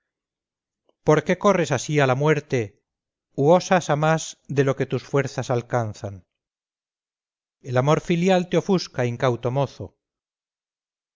por qué corres así a la muerte u osas a más de lo que tus fuerzas alcanzan el amor filial te ofusca incauto mozo